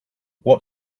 what